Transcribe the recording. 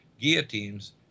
guillotines